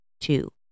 two